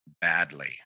badly